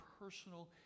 personal